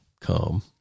come